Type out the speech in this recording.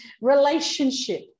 relationship